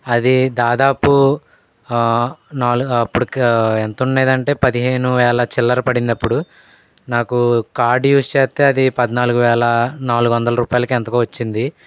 అది దాదాపు నాలుగు అప్పటికి ఎంత ఉండేది అంటే పదిహేను వేల చిల్లర పడింది అప్పుడు నాకు కార్డు యూజ్ చేస్తే అది పద్నాలుగు వేల నాలుగు వందల రూపాయలకో ఎంతకో వచ్చింది